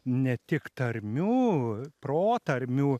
ne tik tarmių protarmių